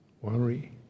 worry